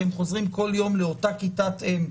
כי הם חוזרים כל יום לאותה כיתת אם,